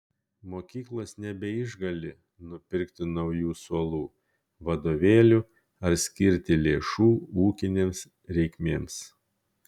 mokyklos nebeišgali nupirkti naujų suolų vadovėlių ar skirti lėšų ūkinėms reikmėms